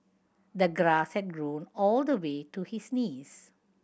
the grass had grown all the way to his knees